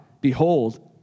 behold